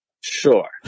Sure